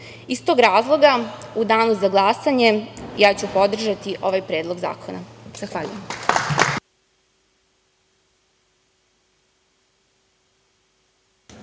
Iz tog razloga, u danu za glasanje, ja ću podržati ovaj predlog zakona. Zahvaljujem.